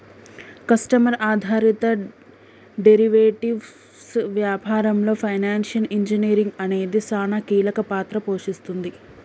customer ఆధారిత derivatives వ్యాపారంలో financial engineering అనేది సానా కీలక పాత్ర పోషిస్తుంది